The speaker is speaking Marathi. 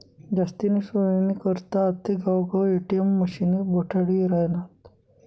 जास्तीनी सोयनी करता आते गावगाव ए.टी.एम मशिने बठाडी रायनात